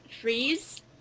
freeze